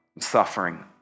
suffering